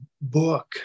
book